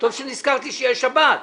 טוב שנזכרתי שיש שבת.